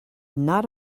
not